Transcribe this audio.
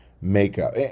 makeup